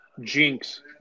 Jinx